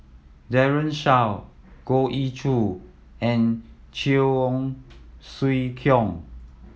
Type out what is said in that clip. Daren Shiau Goh Ee Choo and Cheong Siew Keong